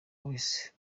wese